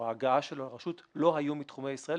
ההגעה שלו לרשות לא היתה מתחומי ישראל,